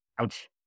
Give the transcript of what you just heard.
ouch